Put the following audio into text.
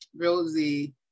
rosie